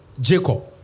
Jacob